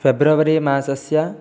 फ़ेब्रवरीमासस्य